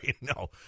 No